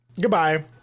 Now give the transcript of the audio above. Goodbye